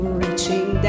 reaching